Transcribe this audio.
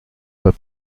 pas